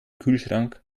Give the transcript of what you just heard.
kühlschrank